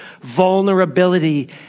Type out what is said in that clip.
vulnerability